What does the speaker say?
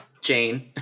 Jane